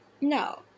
No